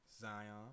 Zion